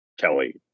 Kelly